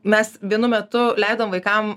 mes vienu metu leidom vaikam